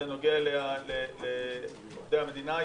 זה נוגע לעובדי המדינה.